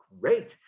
great